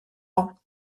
ans